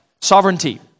sovereignty